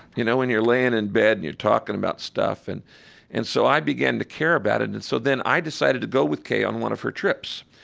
you know, when you're laying in bed and you're talking about stuff. and and so i began to care about it. and so then i decided to go with kay on one of her trips.